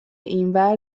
اینور